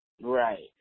Right